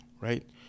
right